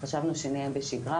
חשבנו שנהיה בשגרה,